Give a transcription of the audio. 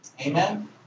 Amen